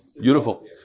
Beautiful